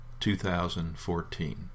2014